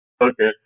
Okay